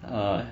err